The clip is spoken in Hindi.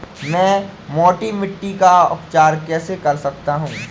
मैं मोटी मिट्टी का उपचार कैसे कर सकता हूँ?